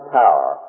power